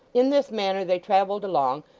in this manner they travelled along,